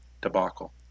debacle